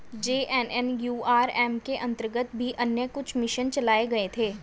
JNNURM के अंतर्गत भी अन्य कुछ मिशन चलाए गए थे